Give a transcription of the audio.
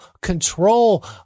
control